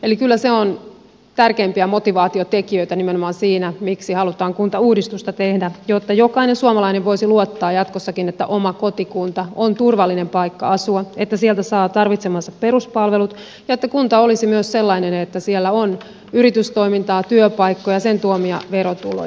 eli kyllä se on tärkeimpiä motivaatiotekijöitä nimenomaan siinä miksi halutaan kuntauudistusta tehdä jotta jokainen suomalainen voisi luottaa jatkossakin että oma kotikunta on turvallinen paikka asua että sieltä saa tarvitsemansa peruspalvelut ja että kunta olisi myös sellainen että siellä on yritystoimintaa työpaikkoja sen tuomia verotuloja